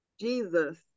Jesus